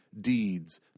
deeds